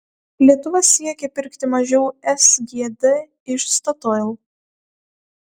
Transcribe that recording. lietuva siekia pirkti mažiau sgd iš statoil